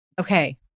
Okay